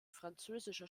französischer